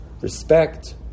respect